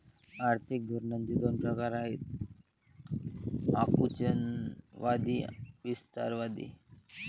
आर्थिक धोरणांचे दोन प्रकार आहेत आकुंचनवादी आणि विस्तारवादी